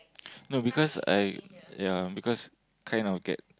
no because I ya because kind of get